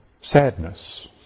sadness